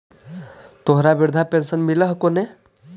तोहरा वृद्धा पेंशन मिलहको ने?